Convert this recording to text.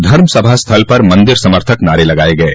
धर्म सभा स्थल पर मंदिर समर्थक नारे लगाये गये